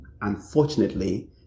Unfortunately